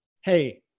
Hey